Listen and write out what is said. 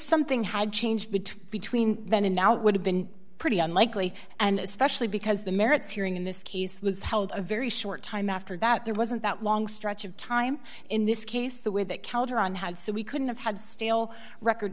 something had changed between between then and now it would have been pretty unlikely and especially because the merits hearing in this case was held a very short time after that there wasn't that long stretch of time in this case the way that counter on had so we couldn't have had stale record